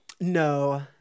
No